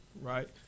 right